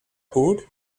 hood